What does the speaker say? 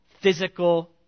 physical